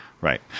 Right